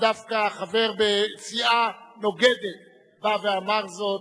שדווקא חבר בסיעה נוגדת בא ואמר זאת,